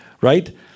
right